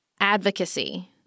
advocacy